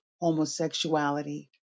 homosexuality